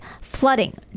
flooding